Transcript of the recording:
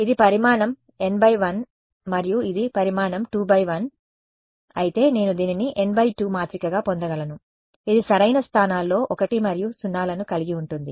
ఇది పరిమాణం n × 1 మరియు ఇది పరిమాణం 2 × 1 అయితే నేను దీనిని n × 2 మాత్రికగా పొందగలను ఇది సరైన స్థానాల్లో 1 మరియు 0 లను కలిగి ఉంటుంది